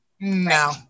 no